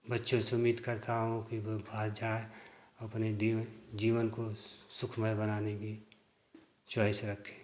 बच्चों से उम्मीद करता हूँ कि वो बाहर जाएँ अपने डी में जीवन को सुखमय बनाने में चॉइस रखें